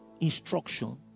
instruction